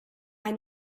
ein